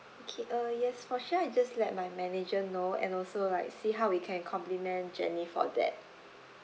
okay uh yes for sure I'll just let my manager know and also like see how we can compliment jenny for that